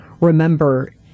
remember